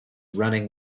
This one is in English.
running